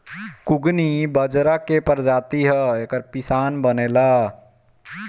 कुगनी बजरा के प्रजाति ह एकर पिसान बनेला